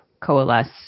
coalesce